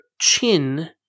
chin